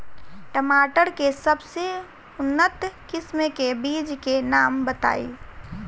टमाटर के सबसे उन्नत किस्म के बिज के नाम बताई?